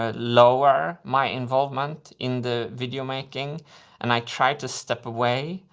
ah lower my involvement in the video making and i tried to step away.